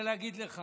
ואתה צריך להגיד,